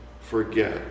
forget